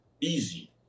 Easy